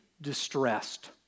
distressed